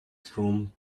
thrown